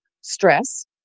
stress